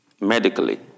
medically